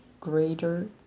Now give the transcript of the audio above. greater